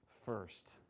first